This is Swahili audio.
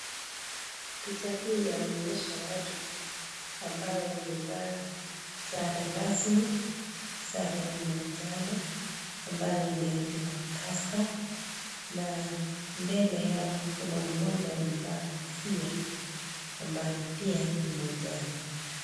Picha hii yaonyesha watu ambao wamevaa sare rasmi, sare ya manjano, ambayo imeandikwa Taska, na mbele yao kuna mmoja amevaa kofia ambayo pia ni manjano.